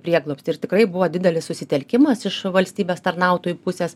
prieglobstį ir tikrai buvo didelis susitelkimas iš valstybės tarnautojų pusės